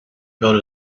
built